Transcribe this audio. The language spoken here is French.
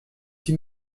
qui